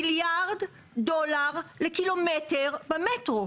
מיליארד דולר לקילומטר במטרו,